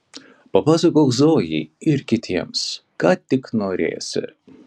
papasakok zojai ir kitiems ką tik norėsi